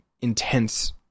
intense